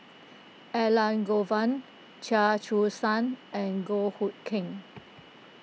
Elangovan Chia Choo Suan and Goh Hood Keng